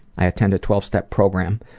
i attend a twelve step program.